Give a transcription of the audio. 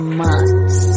months